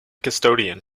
custodian